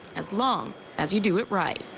as long as you do it right.